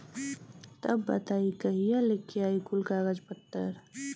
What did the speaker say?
तब बताई कहिया लेके आई कुल कागज पतर?